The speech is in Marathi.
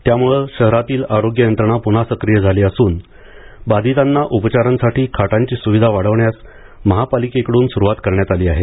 त्यामुळे शहरातील आरोग्य यंत्रणा पुन्हा सक्रिय झाली असून बाधितांना उपचारांसाठी खाटांची सुविधा वाढवण्यास महापालिकेकडून सुरूवात करण्यात आली आहे